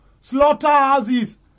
slaughterhouses